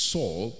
Saul